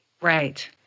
Right